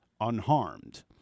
unharmed